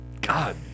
god